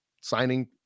signing